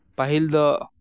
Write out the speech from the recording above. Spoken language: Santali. ᱯᱟᱹᱦᱤᱞ ᱫᱚ